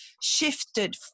shifted